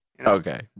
okay